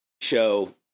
show